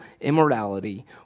immorality